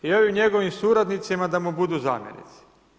I ovim njegovim suradnicima da mu budu zamjenici.